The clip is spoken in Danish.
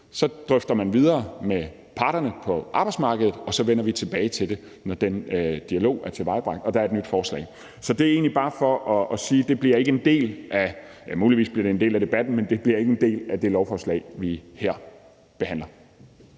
Så drøfter man videre med parterne på arbejdsmarkedet, og så vender vi tilbage til det, når den dialog er tilendebragt og der er et nyt forslag. Så det er egentlig bare for at sige, at det muligvis bliver en del af debatten, men det bliver ikke en del af det lovforslag, vi her behandler.